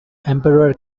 emperor